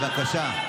בושה,